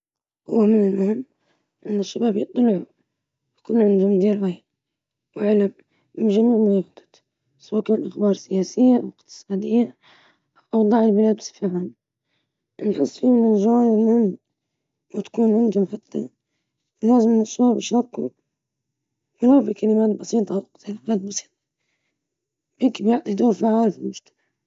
نعم، من المهم مشاركة الشباب في الأمور السياسية لأنها تسهم في تكوين جيل واعٍ ومتفاعل مع مجتمعه، المشاركة السياسية تعزز الديمقراطية وتعطي الشباب الفرصة للتعبير عن آرائهم وتأثيرها على المستقبل.